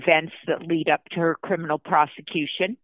events that lead up to her criminal prosecution